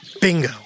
Bingo